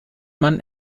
man